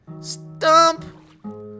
Stump